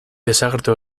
desagertu